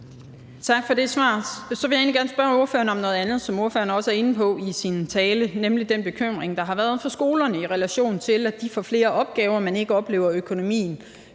Tak for det svar. Så vil jeg egentlig gerne spørge ordføreren om noget andet, som ordføreren også var inde på i sin tale, nemlig den bekymring, der har været for skolerne, i relation til at de får flere opgaver, men ikke oplever, at økonomien